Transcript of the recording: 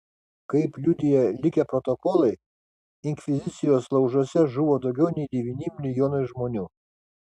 kaip liudija likę protokolai inkvizicijos laužuose žuvo daugiau nei devyni milijonai žmonių